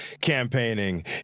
campaigning